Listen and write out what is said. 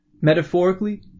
metaphorically